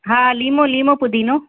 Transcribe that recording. हा लीमों लीमों पुदीनो